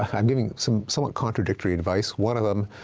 i'm giving some somewhat contradictory advice. one of them,